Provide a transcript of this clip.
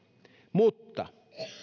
mutta